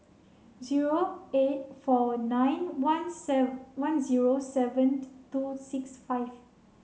zero eight four nine one one zero seven two six five